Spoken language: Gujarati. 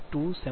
38 0